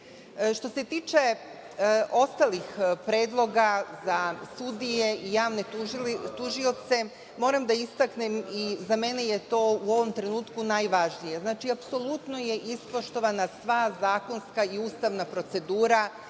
to. Što se tiče ostalih predloga za sudije i javne tužioce, moram da istaknem i za mene je to u ovom trenutku najvažnije. Apsolutno je ispoštovana sva zakonska i ustavna procedura